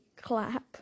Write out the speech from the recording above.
clap